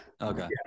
Okay